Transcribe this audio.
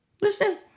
Listen